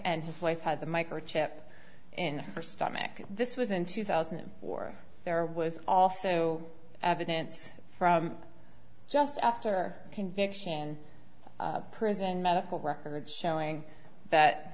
and his wife had the microchip in her stomach this was in two thousand and four there was also evidence from just after conviction prison medical records showing that